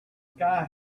sky